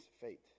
fate